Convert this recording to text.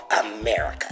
America